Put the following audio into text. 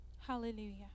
hallelujah